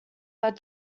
led